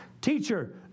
Teacher